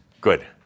Good